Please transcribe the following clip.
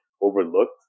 overlooked